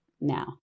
now